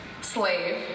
slave